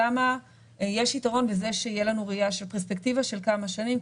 למה יש יתרון בזה שתהיה לנו פרספקטיבה של כמה שנים,